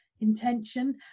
intention